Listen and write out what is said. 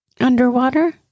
Underwater